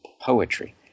poetry